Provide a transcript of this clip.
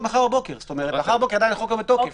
מחר בבוקר והחוק עדיין לא בתוקף.